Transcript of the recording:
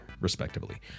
respectively